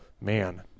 man